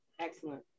Excellent